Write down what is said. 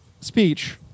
speech